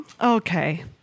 okay